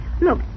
Look